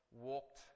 walked